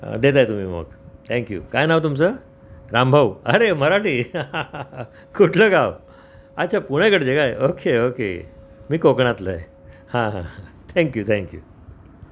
देताय तुम्ही मग थँक्यू काय नाव तुमचं रामभाऊ अरे मराठी कुठलं गाव अच्छा पुण्याकडचे काय ओके ओके मी कोकणातलं आहे हां हां हां थँक्यू थँक्यू